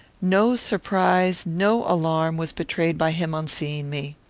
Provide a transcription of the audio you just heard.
no surprise, no alarm, was betrayed by him on seeing me.